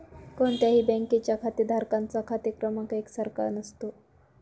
कोणत्याही बँकेच्या खातेधारकांचा खाते क्रमांक एक सारखा नसतो